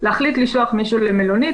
להחליט לשלוח מישהו למלונית,